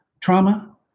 trauma